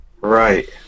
Right